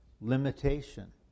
limitation